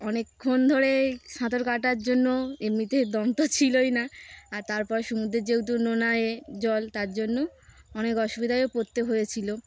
অনেকক্ষণ ধরে সাঁতার কাটার জন্য এমনিতে দম তো ছিলই না আর তারপর সমুদ্রের যেহেতু নোনা এ জল তার জন্য অনেক অসুবিধায়ও পড়তে হয়েছিল